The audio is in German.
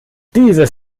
dieses